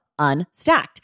Unstacked